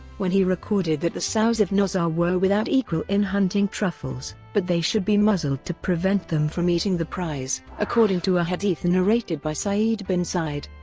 when he recorded that the sows of notza were without equal in hunting truffles, but they should be muzzled to prevent them from eating the prize. according to a hadith and narrated by saeed bin zaid,